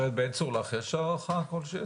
גב' בן צור, לך יש הערכה כלשהיא?